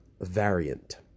variant